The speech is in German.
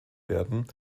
werden